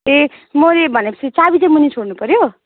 ए मैले भनेपछि चाबी चाहिँ मुनि छोड्नुपऱ्यो